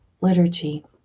liturgy